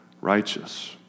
righteous